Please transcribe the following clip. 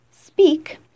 speak